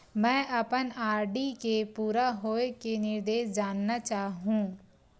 मैं अपन आर.डी के पूरा होये के निर्देश जानना चाहहु